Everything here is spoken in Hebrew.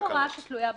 הוראה, שתלויה בתקנות.